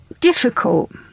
difficult